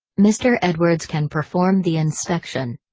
mr. edwards can perform the inspection.